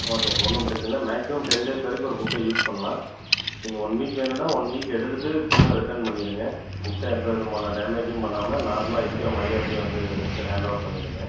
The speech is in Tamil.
ஓகேப்பா ஒன்றும் பிரச்சின இல்லை மேக்ஸிமம் டென் டேஸ் வரைக்கும் ஒரு புக்கை யூஸ் பண்ணலாம் நீங்கள் ஒன் வீக் வேணும்னா ஒன் வீக் எடுத்துகிட்டு திரும்ப ரிட்டர்ன் பண்ணிடுங்க புக்கை எந்த விதமான டேமேஜும் பண்ணாமல் நார்மலாக இருக்கிற மாதிரியே அப்படியே வந்து புக்கை ஹாண்ட் ஓவர் பண்ணிடுங்க